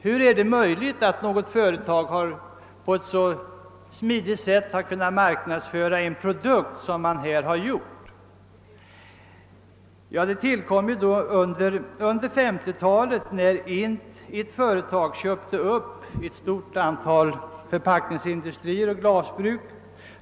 Hur är det möjligt att ett företag på ett så smidigt sätt har kunnat marknadsföra en produkt som i detta fall? Det hela började under 1950-talet när ett företag köpte upp ett stort antal förpackningsindustrier och glasbruk.